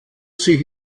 sich